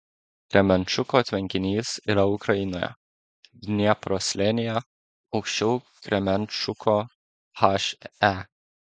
kremenčuko tvenkinys yra ukrainoje dniepro slėnyje aukščiau kremenčuko he